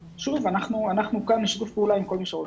שוב, אנחנו כאן בשיתוף פעולה עם כל מי שרוצה.